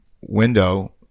window